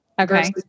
Okay